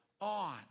on